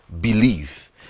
Believe